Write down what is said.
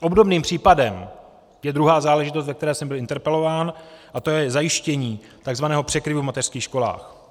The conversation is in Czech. Obdobným případem je druhá záležitost, ve které jsem byl interpelován, to je zajištění tzv. překryvu v mateřských školách.